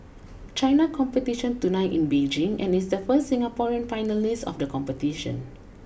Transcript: China competition tonight in Beijing and is the first Singaporean finalist of the competition